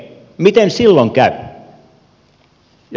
miten silloin käy